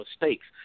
mistakes